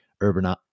urban